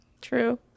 True